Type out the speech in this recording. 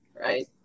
right